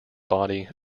body